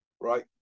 right